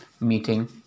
meeting